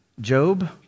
Job